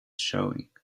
showing